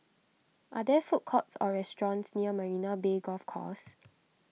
are there food courts or restaurants near Marina Bay Golf Course